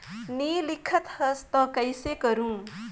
नी लिखत हस ता कइसे करू?